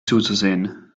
zuzusehen